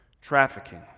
trafficking